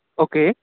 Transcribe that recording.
okay